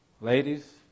Ladies